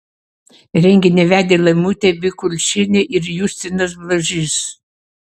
renginį vedė laimutė bikulčienė ir justinas blažys